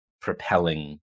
propelling